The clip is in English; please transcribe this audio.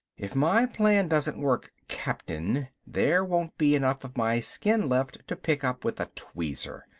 if my plan doesn't work, captain there won't be enough of my skin left to pick up with a tweezer.